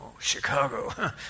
Chicago